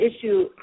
issue